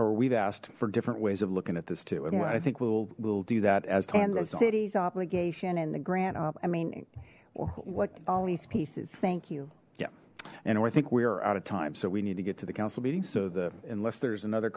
or we've asked for different ways of looking at this too and what i think we'll do that as time the city's obligation and the grant up i mean what all these pieces thank you yeah and i think we are out of time so we need to get to the council meeting so the unless there's another